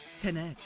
Connect